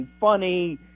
funny